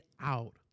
out